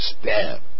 stab